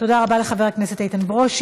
תודה רבה לחבר הכנסת איתן ברושי.